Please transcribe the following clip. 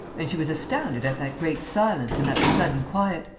and she was astounded at that great silence and that sudden quiet.